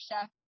chef